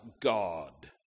God